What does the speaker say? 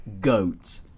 Goat